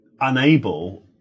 unable